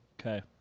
okay